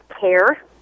care